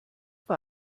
war